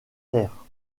terre